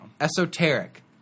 esoteric